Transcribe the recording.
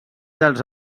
dels